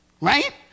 right